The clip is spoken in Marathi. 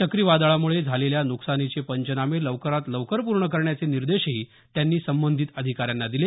चक्रीवादळामुळे झालेल्या नुकसानीचे पंचनामे लवकरात लवकर पूर्ण करण्याचे निर्देशही त्यांनी संबंधित अधिकाऱ्यांना दिले